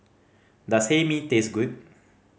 does Hae Mee taste good